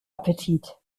appetit